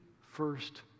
first